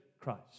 Christ